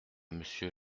monsieur